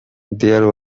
there